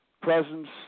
presence